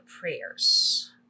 prayers